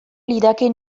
lidake